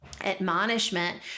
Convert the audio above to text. admonishment